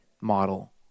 model